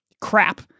crap